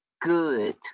good